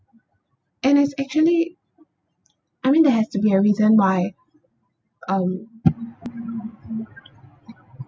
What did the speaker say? and it's actually I mean there has to be a reason why um